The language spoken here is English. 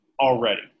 already